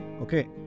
okay